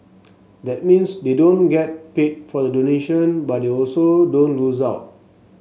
that means they don't get paid for the donation but they also don't lose out